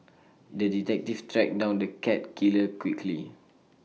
the detective tracked down the cat killer quickly